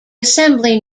assembly